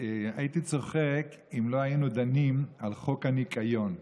הייתי צוחק אם לא היינו דנים על חוק הניקיון.